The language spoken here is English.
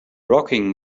rocking